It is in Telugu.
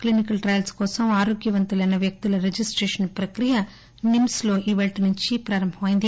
క్లినికల్ ట్రయల్స్ కోసం ఆరోగ్యవంతులైన వ్యక్తుల రిజిస్టేషన్ ప్రక్రియ నిమ్స్లో నేటి నుంచి ప్రారంభమైంది